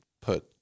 put